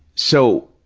so,